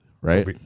Right